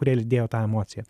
kurie lydėjo tą emociją